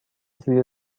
زیر